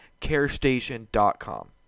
carestation.com